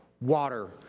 water